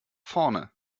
vorne